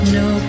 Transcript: no